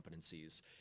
competencies